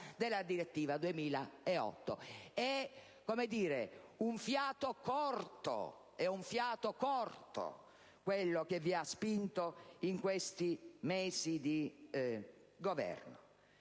della direttiva del 2008. È un fiato corto, quello che vi ha spinto in questi mesi di governo.